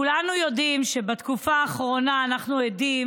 כולנו יודעים שבתקופה האחרונה אנחנו עדים